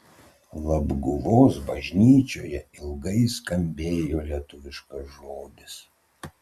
labguvos bažnyčioje ilgai skambėjo lietuviškas žodis